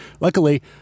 Luckily